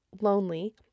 lonely